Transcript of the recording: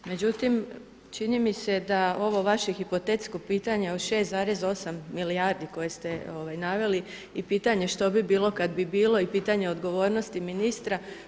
Međutim, čini mi se da ovo vaše hipotetsko pitanje o 6,8 milijardi koje ste naveli i pitanje što bi bilo kad bi bilo i pitanje odgovornosti ministra.